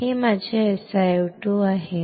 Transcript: हे माझे SiO2 आहे हे सिलिकॉन आहे हे SiO2 आहे बरोबर